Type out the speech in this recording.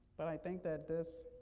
but i think that this,